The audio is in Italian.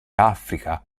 africa